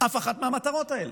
אף אחת מהמטרות האלה,